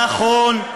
נכון.